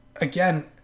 Again